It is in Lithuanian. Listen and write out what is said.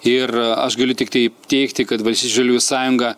ir aš galiu tiktai teigti kad valstiečių žaliųjų sąjunga